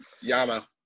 Yama